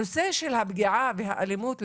הנושא של הפגיעה והאלימות,